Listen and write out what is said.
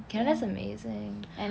canada is amazing